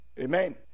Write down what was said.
Amen